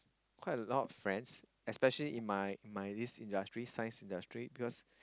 quite a lot of friends especially in my this industry Science industry because